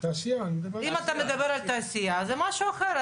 אז בסדר,